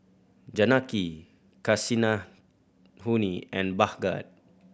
Janaki Kasinadhuni and Bhagat